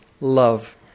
love